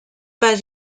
pas